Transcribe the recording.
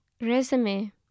Resume